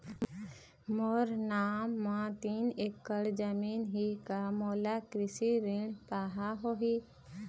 मोर नाम म तीन एकड़ जमीन ही का मोला कृषि ऋण पाहां होही?